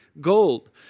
gold